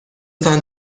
تان